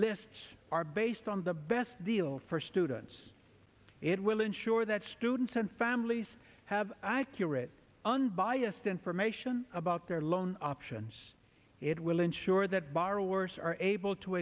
lists are based on the best deal for students it will ensure that students and families have accurate unbiased information about their loan options it will ensure that borrowers are able to